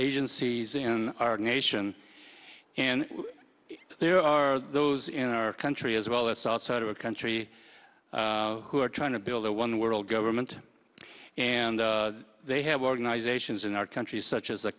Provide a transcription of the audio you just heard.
agencies in our nation and there are those in our country as well as saw sort of a country who are trying to build a one world government and they have organizations in our country such as a